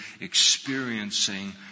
experiencing